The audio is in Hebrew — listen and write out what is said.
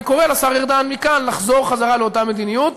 אני קורא לשר ארדן מכאן לחזור לאותה מדיניות,